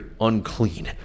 unclean